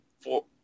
four